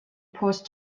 پست